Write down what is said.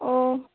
ও